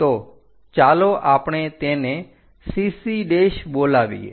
તો ચાલો આપણે તેને CC બોલાવીએ